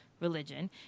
religion